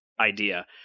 idea